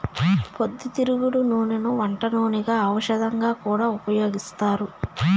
పొద్దుతిరుగుడు నూనెను వంట నూనెగా, ఔషధంగా కూడా ఉపయోగిత్తారు